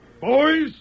Boys